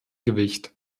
gewicht